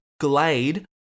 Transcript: Glade